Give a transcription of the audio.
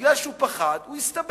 מכיוון שהוא פחד, הוא הסתבך.